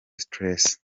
stress